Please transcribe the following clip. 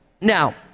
Now